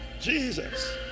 Jesus